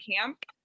camp